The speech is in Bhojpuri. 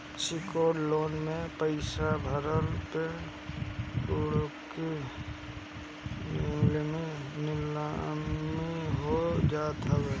सिक्योर्ड लोन में पईसा ना भरला पे कुड़की नीलामी हो जात हवे